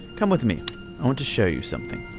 come with me. i want to show you something